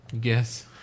guess